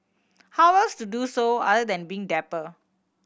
how else to do so other than being dapper